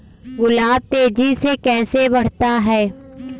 गुलाब तेजी से कैसे बढ़ता है?